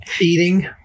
Eating